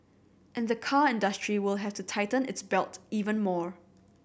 and the car industry will have to tighten its belt even more